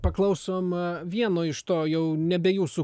paklausom vieno iš to jau nebe jūsų